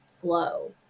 flow